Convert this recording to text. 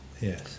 Yes